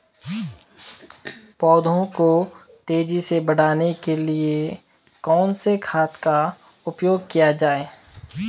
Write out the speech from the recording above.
पौधों को तेजी से बढ़ाने के लिए कौन से खाद का उपयोग किया जाए?